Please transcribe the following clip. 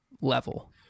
level